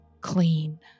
clean